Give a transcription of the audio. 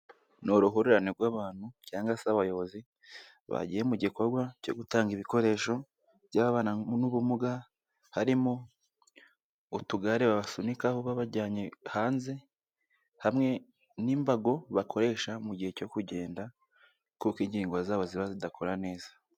Ni uruhurirane rw'abantu cyangwa se abayobozi bagiye mu gikorwa cyo gutanga ibikoresho by'ababana n'ubumuga, harimo utugare babasunikaho babajyanye hanze hamwe n'imbago bakoresha mu gihe cyo kugenda kuko inkingo zabo ziba zidakora neza.